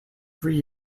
three